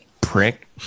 prick